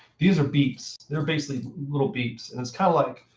these are beeps. they're basically little beeps. and it's kind of like,